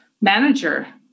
manager